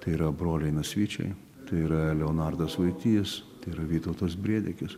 tai yra broliai nasvyčiai tai yra leonardas vaitys tai yra vytautas brėdikis